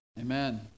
Amen